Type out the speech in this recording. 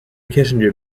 kissinger